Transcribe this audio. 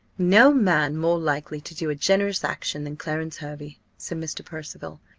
no man more likely to do a generous action than clarence hervey, said mr. percival.